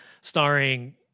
starring